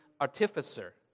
artificer